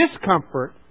discomfort